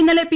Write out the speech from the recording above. ഇന്നലെ പി